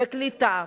בקליטה,